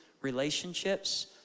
relationships